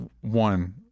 one